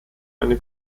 eine